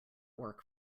work